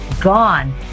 gone